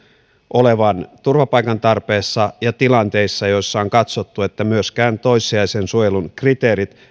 olevan turvapaikan tarpeessa ja tilanteissa joissa on katsottu että myöskään toissijaisen suojelun kriteerit